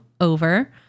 over